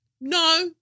no